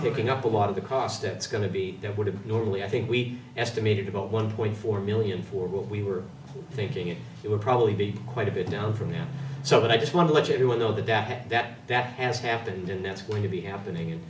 taking up a lot of the cost it's going to be that would have normally i think we estimated about one point four million for what we were thinking it would probably be quite a bit down from there so but i just want to let everyone know that that that has happened and that's going to be happening and